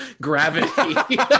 gravity